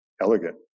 elegant